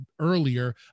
earlier